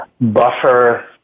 buffer